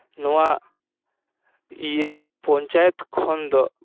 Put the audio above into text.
ᱱᱚᱣᱟ ᱤᱭᱟᱹ ᱯᱚᱧᱪᱟᱭᱮᱛ ᱠᱷᱚᱱ ᱫᱚ